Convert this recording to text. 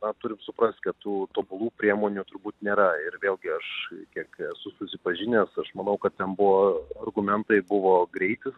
na turim suprast kad tų tobulų priemonių turbūt nėra ir vėlgi aš kiek esu susipažinęs aš manau kad ten buvo argumentai buvo greitis